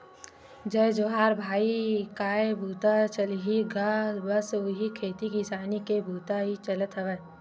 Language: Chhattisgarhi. जय जोहार भाई काय बूता चलही गा बस उही खेती किसानी के बुता ही चलत हवय